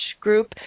Group